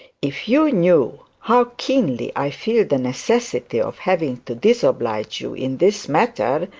if you knew how keenly i feel the necessity of having to disoblige you in this matter,